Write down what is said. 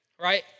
right